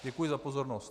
Děkuji za pozornost.